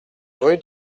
rue